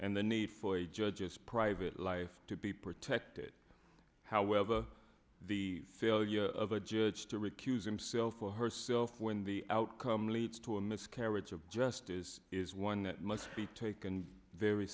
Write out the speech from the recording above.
and the need for a judge's private life to be protected however the failure of a judge to recuse himself or herself when the outcome leads to a miscarriage of justice is one that must be taken very